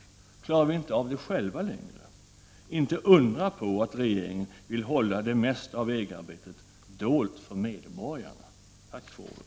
Klarar vi i Sverige inte av dem själva längre? Det är inte att undra på att regeringen vill hålla det mesta av EG-arbetet dolt för medborgarna. Tack för ordet!